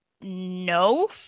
No